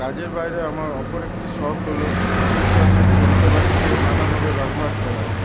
কাজের বাইরে আমার অপর একটি শখ হল ইন্টারনেট পরিষেবাকে নানাভাবে ব্যবহার করা